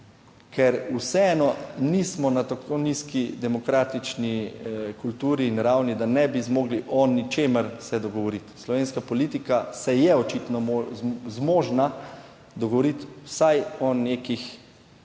ker vseeno nismo na tako nizki demokratični kulturi in ravni, da ne bi zmogli o ničemer se dogovoriti. Slovenska politika se je očitno zmožna dogovoriti vsaj o nekih